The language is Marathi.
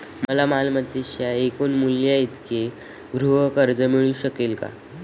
मला मालमत्तेच्या एकूण मूल्याइतके गृहकर्ज मिळू शकेल का?